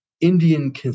Indian